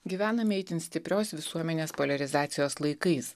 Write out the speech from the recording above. gyvename itin stiprios visuomenės poliarizacijos laikais